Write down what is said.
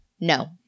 no